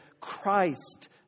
Christ